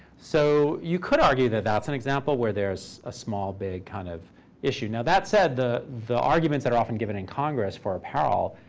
so you could argue that that's an example where there's a small big kind of issue. now that said, the the arguments that are often given in congress for apparel